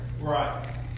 Right